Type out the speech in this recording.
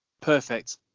perfect